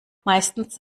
meistens